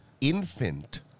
infant